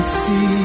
see